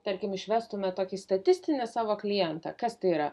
tarkim išvestumėt tokį statistinį savo klientą kas tai yra